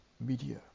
media